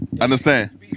understand